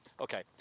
okay